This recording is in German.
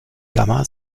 gamma